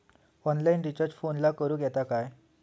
Online recharge फोनला करूक येता काय?